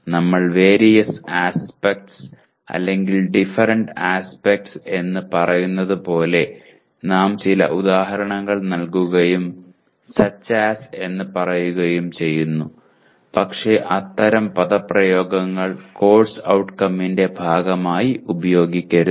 നമ്മൾ various aspects അല്ലെങ്കിൽ different aspects എന്ന് പറയുന്നതുപോലെ നാം ചില ഉദാഹരണങ്ങൾ നൽകുകയും സച് ആസ് എന്ന് പറയുകയും ചെയ്യുന്നു പക്ഷേ അത്തരം പദപ്രയോഗങ്ങൾ കോഴ്സ് ഔട്ട്കമ്മിന്റെ ഭാഗമായി ഉപയോഗിക്കരുത്